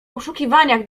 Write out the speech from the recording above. poszukiwaniach